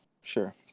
Sure